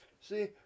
See